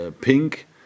Pink